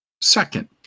Second